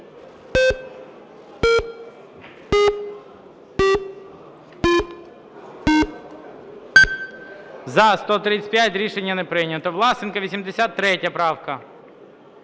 За-135 Рішення не прийнято. Власенко, 83 правка.